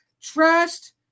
Trust